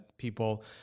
people